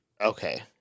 Okay